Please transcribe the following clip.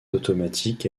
automatique